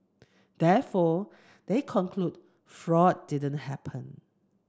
therefore they conclude fraud didn't happen